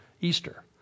Easter